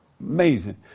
Amazing